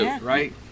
right